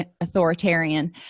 authoritarian